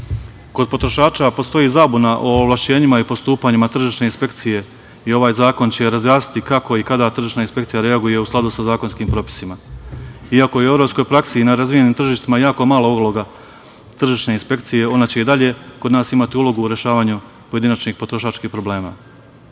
potrošača postoji zabuna o ovlašćenjima i postupanjima tržišne inspekcije i ovaj zakon će razjasniti kako i kada tržišna inspekcija reaguje u skladu sa zakonskim propisima. Iako u evropskoj praksi i na razvijenim tržištima jako mala uloga tržišne inspekcije, ona će i dalje kod nas imati ulogu u rešavanju pojedinačnih potrošačkih problema. Kada